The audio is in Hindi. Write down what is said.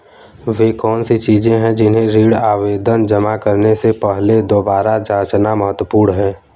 वे कौन सी चीजें हैं जिन्हें ऋण आवेदन जमा करने से पहले दोबारा जांचना महत्वपूर्ण है?